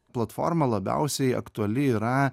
platforma labiausiai aktuali yra